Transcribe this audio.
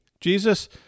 Jesus